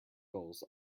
gulls